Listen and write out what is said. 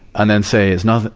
and then say, it's nothing,